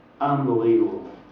Unbelievable